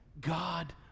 God